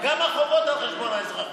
גם החובות הם על חשבון האזרחים.